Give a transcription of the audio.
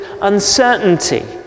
uncertainty